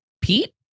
Pete